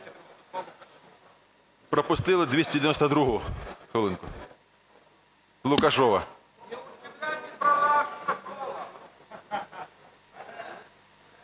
Пропустили 292-у, хвилинку. Лукашева.